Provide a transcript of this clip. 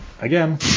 again